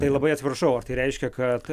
tai labai atsiprašau ar tai reiškia kad